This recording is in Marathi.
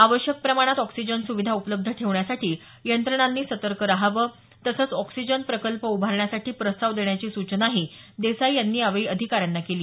आवश्यक प्रमाणात ऑक्सिजन सुविधा उपलब्ध ठेवण्यासाठी यंत्रणांनी सतर्क रहावं तसंच ऑक्सिजन प्रकल्प उभारण्यासाठी प्रस्ताव देण्याची सूचनाही देसाई यांनी यावेळी अधिकाऱ्यांना केली